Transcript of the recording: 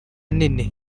nini